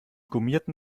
gummierten